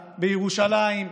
בירושלים,